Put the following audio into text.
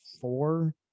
four